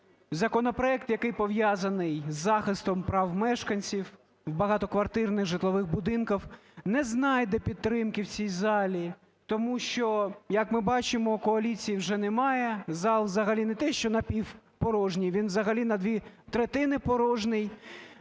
законопроект, який пов'язаний з захистом прав мешканців багатоквартирних житлових будинків, не знайде підтримки в цій залі. Тому що, як ми бачимо, коаліції вже немає, зал взагалі не те, що напівпорожній, він взагалі на дві третини порожній.